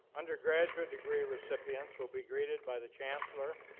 undergraduate degree recipients will be greeted by the chancellor,